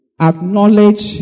Acknowledge